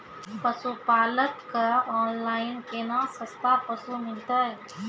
पशुपालक कऽ ऑनलाइन केना सस्ता पसु मिलतै?